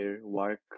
work